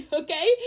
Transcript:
okay